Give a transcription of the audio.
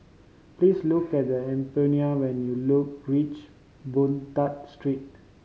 please look at the Euphemia when you look reach Boon Tat Street